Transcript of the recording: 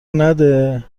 نده